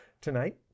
Tonight